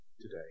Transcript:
today